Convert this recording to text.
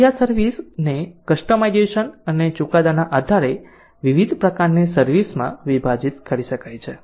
તેથી આ રીતે સર્વિસ ને કસ્ટમાઇઝેશન અને ચુકાદાના આધારે વિવિધ પ્રકારની સર્વિસ માં વિભાજિત કરી શકાય છે